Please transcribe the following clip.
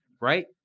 right